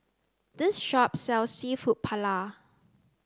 this shop sells Seafood Paella